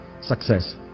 success